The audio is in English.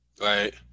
Right